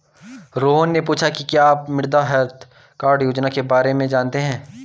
रोहन ने पूछा कि क्या आप मृदा हैल्थ कार्ड योजना के बारे में जानते हैं?